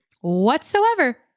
whatsoever